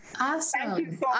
awesome